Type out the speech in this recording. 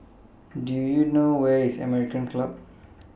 Do YOU know Where IS American Club